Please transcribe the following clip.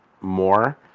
more